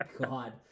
God